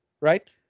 right